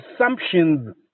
assumptions